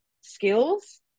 skills